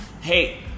Hey